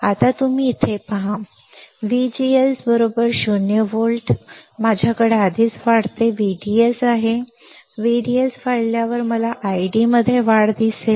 आता तुम्ही इथे पहा VGS 0 volt वर माझ्याकडे आधीच वाढते VDS आहे VDS वाढवल्यावर मला ID मध्ये वाढ दिसेल